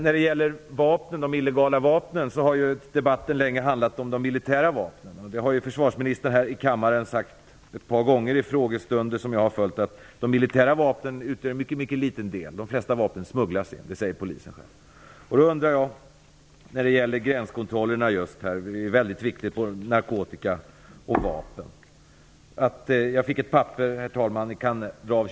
När det gäller de illegala vapnen vill jag säga att debatten därvid länge har handlat om de militära vapnen. Försvarsministern har dock här i kammaren ett par gånger vid frågestunder sagt att de militära vapnen utgör en mycket liten del av de illegala vapnen. Enligt polisens egen uppgift är de flesta av dessa insmugglade. Gränskontrollerna är mycket viktiga när det gäller både narkotika och vapen.